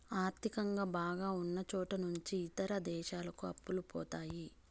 ఆర్థికంగా బాగా ఉన్నచోట నుంచి ఇతర దేశాలకు అప్పులు పోతాయి